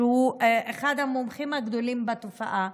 שהוא אחד המומחים הגדולים לתופעה,